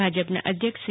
ભાજપના અધ્યક્ષ સી